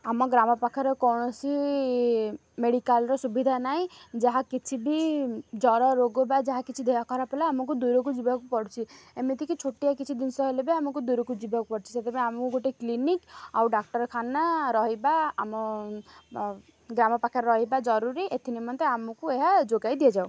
ଆମ ଗ୍ରାମ ପାଖରେ କୌଣସି ମେଡ଼ିକାଲ୍ର ସୁବିଧା ନାହିଁ ଯାହା କିଛି ବି ଜ୍ୱର ରୋଗ ବା ଯାହା କିଛି ଦେହ ଖରାପ ହେଲା ଆମକୁ ଦୂରକୁ ଯିବାକୁ ପଡ଼ୁଛି ଏମିତିକି ଛୋଟିଆ କିଛି ଜିନିଷ ହେଲେ ବି ଆମକୁ ଦୂରକୁ ଯିବାକୁ ପଡ଼ୁଛି ସେଥିପାଇଁ ଆମକୁ ଗୋଟେ କ୍ଲିନିକ୍ ଆଉ ଡାକ୍ତରଖାନା ରହିବା ଆମ ଗ୍ରାମ ପାଖରେ ରହିବା ଜରୁରୀ ଏଥିନିମନ୍ତେ ଆମକୁ ଏହା ଯୋଗାଇ ଦିଆଯାଉ